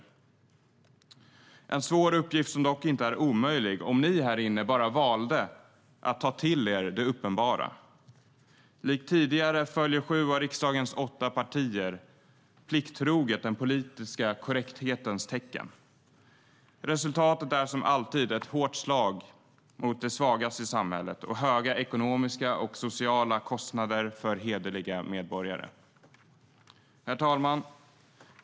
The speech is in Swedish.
Det är en svår uppgift som dock inte är omöjlig om ni här inne bara valde att ta till er det uppenbara. Likt tidigare följer sju av riksdagens åtta partier plikttroget den politiska korrekthetens tecken. Resultatet är som alltid ett hårt slag mot de svagaste i samhället och höga ekonomiska och sociala kostnader för hederliga medborgare. Herr talman!